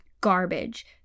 garbage